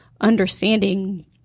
understanding